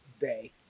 day